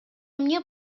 эмне